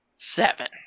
Seven